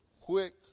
quick